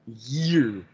Year